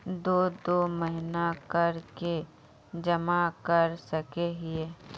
दो दो महीना कर के जमा कर सके हिये?